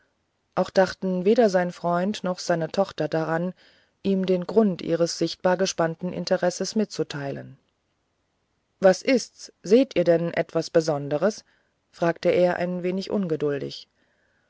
auch dachten weder sein freund noch seine tochter daran ihm den grund ihres sichtbar gespannten interesses mitzuteilen was ist's seht ihr denn etwas besonderes fragte er ein wenig ungeduldig